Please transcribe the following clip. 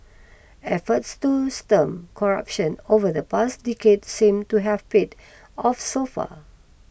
efforts to stem corruption over the past decade seem to have paid off so far